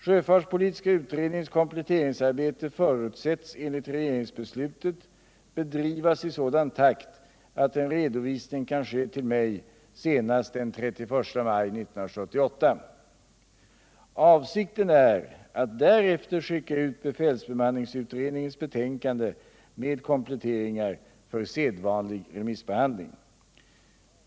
Sjöfartspolitiska utredningens kompletteringsarbete förutsätts enligt regeringsbeslutet bedrivas i sådan takt att en redovisning kan ske till mig senast den 31 maj 1978. Avsikten är att därefter skicka ut befälsbemanningsutredningens betänkande med kompletteringar för sedvanlig remissbehandling.